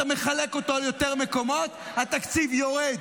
אתה מחלק אותו ליותר מקומות, התקציב יורד.